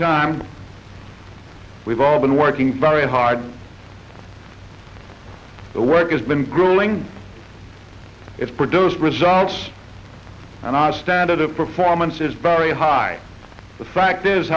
time we've all been working very hard work has been grueling it's produced results and i stand a performance is very high the fact is